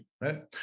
right